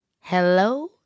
hello